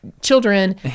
children